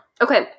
Okay